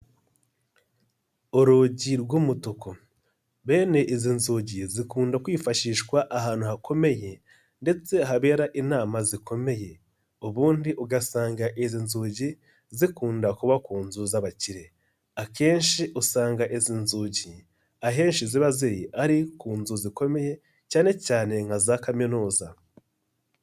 Urugi rw'umutuku bene izo nzugi zikunda kwifashishwa ahantu hakomeye ndetse habera inama zikomeye, ubundi ugasanga izi nzugi zikunda kuba ku nzu z'abakire, akenshi usanga izi nzugi ahenshi ziba ziri ari ku nzu zikomeye cyane cyane nka za kaminuza.